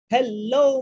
Hello